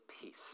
peace